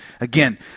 Again